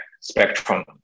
spectrum